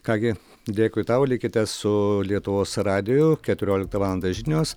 ką gi dėkui tau likite su lietuvos radiju keturioliktą valandą žinios